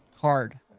hard